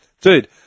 Dude